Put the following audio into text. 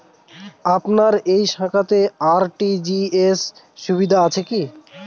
আপনার এই শাখাতে আর.টি.জি.এস সুবিধা আছে কি?